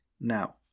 Now